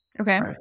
okay